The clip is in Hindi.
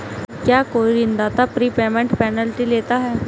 क्या कोई ऋणदाता प्रीपेमेंट पेनल्टी लेता है?